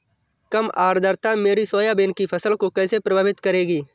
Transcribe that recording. कम आर्द्रता मेरी सोयाबीन की फसल को कैसे प्रभावित करेगी?